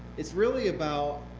it's really about